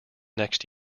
next